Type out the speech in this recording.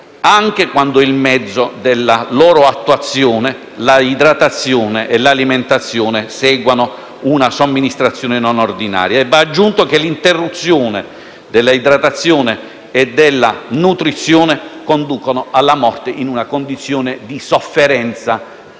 anche quando il mezzo della loro attuazione segua una somministrazione non ordinaria. Va aggiunto che l'interruzione dell'idratazione e della nutrizione conduce alla morte in una condizione di sofferenza